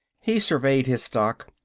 he surveyed his stock.